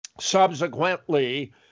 subsequently